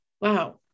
wow